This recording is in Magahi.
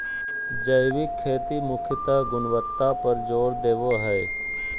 जैविक खेती मुख्यत गुणवत्ता पर जोर देवो हय